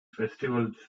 festivals